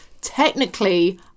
Technically